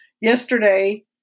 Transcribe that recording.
yesterday